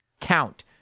count